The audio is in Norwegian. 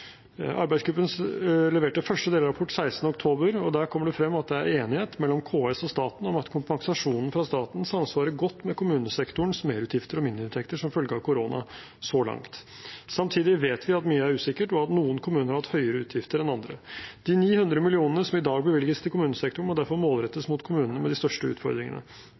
leverte første delrapport 16. oktober, og der kommer det frem at det er enighet mellom KS og staten om at kompensasjonen fra staten samsvarer godt med kommunesektorens merutgifter og mindreinntekter som følge av korona så langt. Samtidig vet vi at mye er usikkert, og at noen kommuner har hatt høyere utgifter enn andre. De 900 mill. kr som i dag bevilges til kommunesektoren, må derfor målrettes mot kommunene med de største utfordringene.